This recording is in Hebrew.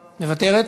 מוותרת?